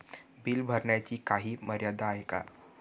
Bill भरण्याची काही मर्यादा आहे का?